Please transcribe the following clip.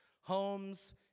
homes